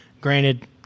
Granted